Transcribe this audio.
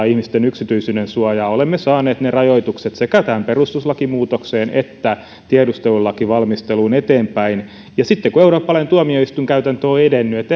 ihmisten yksityisyyden suojaa olemme saaneet ne rajoitukset sekä tähän perustuslakimuutokseen että tiedustelulakivalmisteluun eteenpäin sitten kun eurooppalainen tuomioistuinkäytäntö on edennyt